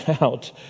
out